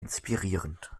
inspirierend